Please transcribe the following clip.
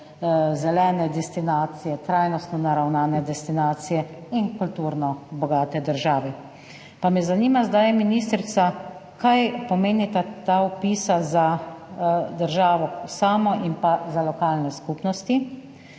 zelene destinacije, trajnostno naravnane destinacije in kulturno bogate države. Pa me zanima ministrica: Kaj pomenita ta vpisa za državo samo in pa za lokalne skupnosti?